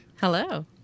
Hello